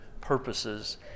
purposes